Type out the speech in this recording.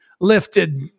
lifted